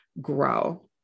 grow